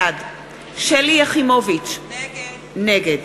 בעד שלי יחימוביץ, נגד